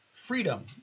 freedom